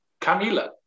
Camila